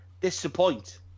Disappoint